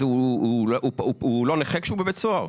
הוא לא נכה כשהוא בבית סוהר?